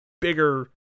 bigger